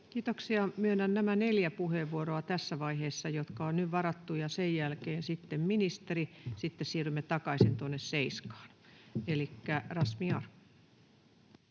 vaiheessa nämä neljä puheenvuoroa, jotka on nyt varattu, ja sen jälkeen ministeri. Sitten siirrymme takaisin tuonne seiskaan. — Elikkä Razmyar.